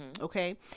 Okay